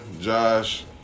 Josh